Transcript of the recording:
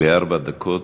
בארבע דקות,